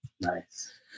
Nice